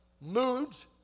moods